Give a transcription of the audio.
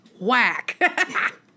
Whack